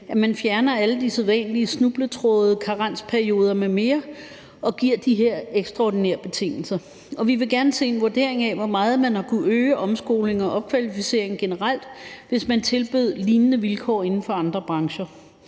at man fjerner alle de sædvanlige snubletråde, karensperioder m.m. og giver de her ekstraordinære betingelser, og vi vil gerne se en vurdering af, hvor meget man kunne øge omskoling og opkvalificering generelt, hvis man tilbød lignende vilkår inden for andre brancher.